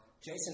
Jason